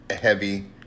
heavy